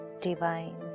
Divine